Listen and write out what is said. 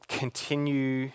continue